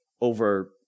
over